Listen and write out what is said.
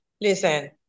Listen